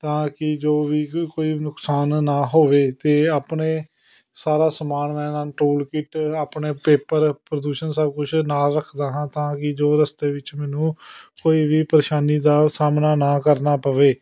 ਤਾਂ ਕਿ ਜੋ ਵੀ ਕੋਈ ਨੁਕਸਾਨ ਨਾ ਹੋਵੇ ਅਤੇ ਆਪਣੇ ਸਾਰਾ ਸਮਾਨ ਮੈਂ ਟੂਲ ਕਿੱਟ ਆਪਣੇ ਪੇਪਰ ਪ੍ਰਦੂਸ਼ਣ ਸਭ ਕੁਛ ਨਾਲ ਰੱਖਦਾ ਹਾਂ ਤਾਂ ਕਿ ਜੋ ਰਸਤੇ ਵਿੱਚ ਮੈਨੂੰ ਕੋਈ ਵੀ ਪਰੇਸ਼ਾਨੀ ਦਾ ਸਾਹਮਣਾ ਨਾ ਕਰਨਾ ਪਵੇ